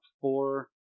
four